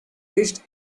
wished